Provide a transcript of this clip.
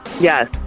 yes